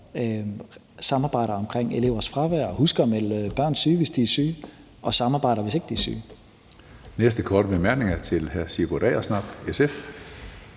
samarbejder omkring elevers fravær og husker at melde deres børn syge, hvis de er syge, og samarbejder, hvis ikke de er syge. Kl. 15:52 Tredje næstformand (Karsten